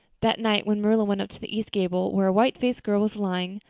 that night, when marilla went up to the east gable, where a white-faced girl was lying,